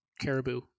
caribou